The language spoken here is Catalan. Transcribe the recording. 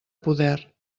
poder